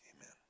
amen